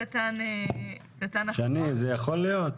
שני, זה יכול להיות?